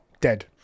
dead